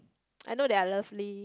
I know they are lastly